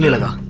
yeah and